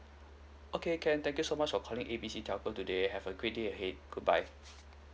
okay can thank you so much for calling A B C telco today have a great day ahead goodbye